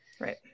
right